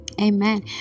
Amen